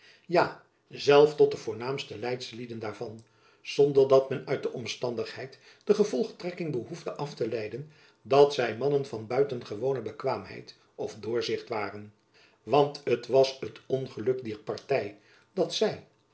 ja zelf tot de voornaamste leidslieden daarvan zonder dat men uit die omstandigheid de gevolgtrekking behoeft af te leiden dat zij mannen van buitengewoone bekwaamheid of doorzicht waren want het was het ongeluk dier party dat zy